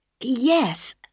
Yes